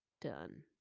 done